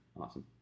Awesome